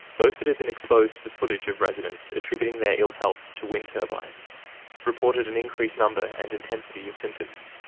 those that had been exposed to the footage of residents attributing their ill-health to wind turbines reported an increased number and intensity of symptoms,